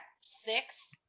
six